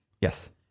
Yes